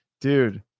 dude